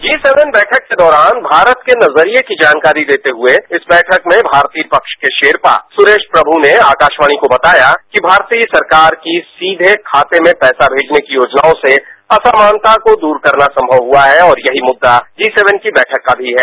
जी seven बैठक के दौरान भारत के नजरिये की जानकारी देते हुए इस बैठक में भारतीय पक्ष के शेरपा सुरेरा प्रभू ने आकाशवाणी को बताया कि भारतीय सरकार की सीधे खाते में पैसा भेजने की योजनाओं से असमानता दूर करना संगव हुआ है और यही मुदा जी सेवन की बैठक का भी है